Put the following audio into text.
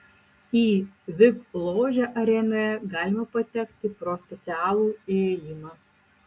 į vip ložę arenoje galima patekti pro specialų įėjimą